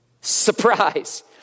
Surprise